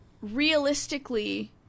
realistically